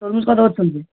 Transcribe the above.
তরমুজ কত করে চলছে